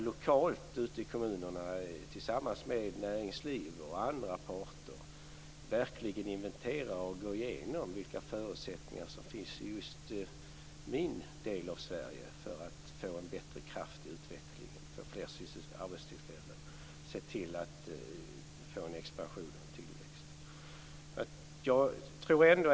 Lokalt ute i kommunerna tillsammans med näringsliv och andra parter inventerar man verkligen och går igenom vilka förutsättningar som finns just i den egna delen av Sverige för att få en bättre kraft i utvecklingen och fler arbetstillfällen och för att få en expansion och en tillväxt.